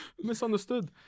Misunderstood